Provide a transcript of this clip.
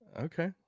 okay